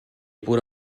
pure